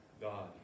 God